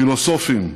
פילוסופים,